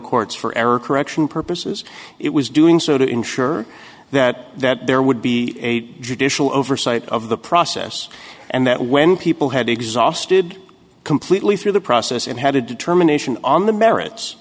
courts for error correction purposes it was doing so to ensure that that there would be a judicial oversight of the process and that when people had exhausted completely through the process and had a determination on the merits